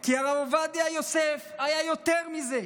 כי הרב עובדיה יוסף היה יותר מזה,